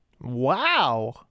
Wow